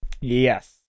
yes